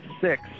six